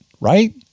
right